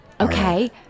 Okay